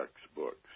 textbooks